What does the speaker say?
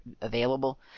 available